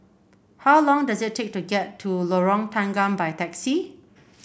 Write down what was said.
how long does it take to get to Lorong Tanggam by taxi